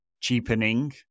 cheapening